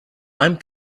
i’m